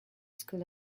school